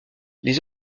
les